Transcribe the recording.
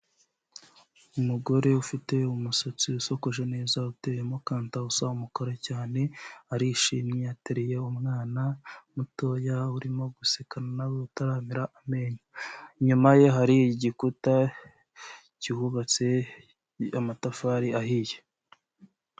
Umugore ufite umusatsi usokoje neza uteyemo kanta usa umukara cyane, arishimye, ateruye umwana mutoya urimo guseka nawe utaramera amenyo, inyuma ye hari igikuta cyubatse n'amatafari ahiye.